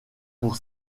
pour